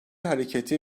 hareketi